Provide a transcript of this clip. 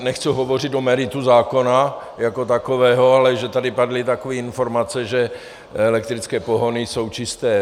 Nechci hovořit o meritu zákona jako takového, ale že tady padly takové informace, že elektrické pohony jsou čisté.